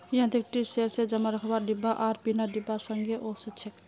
यांत्रिक tree shaker जमा रखवार डिब्बा आर बिना डिब्बार संगे ओसछेक